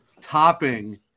topping